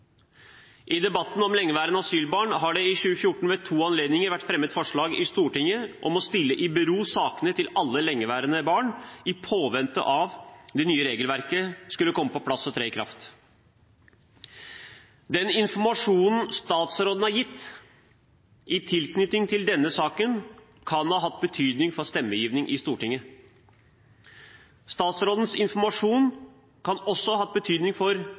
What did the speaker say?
I debatten om lengeværende asylbarn har det i 2014 ved to anledninger vært fremmet forslag i Stortinget om å stille i bero sakene til alle lengeværende barn i påvente av at det nye regelverket skulle komme på plass og tre i kraft. Den informasjonen statsråden har gitt i tilknytning til denne saken, kan ha hatt betydning for stemmegivning i Stortinget. Statsrådens informasjon kan også ha hatt betydning for andre politiske initiativ som kunne medført andre løsninger for